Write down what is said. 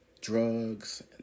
drugs